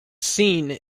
seen